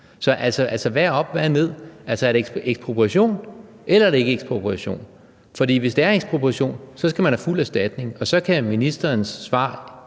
hvad er op, og hvad er ned? Er det ekspropriation, eller er det ikke ekspropriation? For hvis det er ekspropriation, skal man have fuld erstatning – og så kan ministerens svar